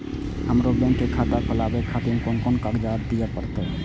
हमरो बैंक के खाता खोलाबे खातिर कोन कोन कागजात दीये परतें?